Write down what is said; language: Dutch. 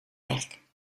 werk